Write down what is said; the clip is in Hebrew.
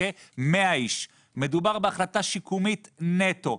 100 איש מדבר בהחלטה שיקומית נטו.